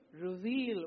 reveal